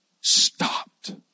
stopped